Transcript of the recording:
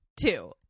two